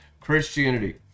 Christianity